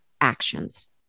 actions